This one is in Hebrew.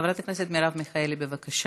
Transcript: חברת הכנסת מרב מיכאלי, בבקשה.